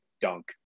dunk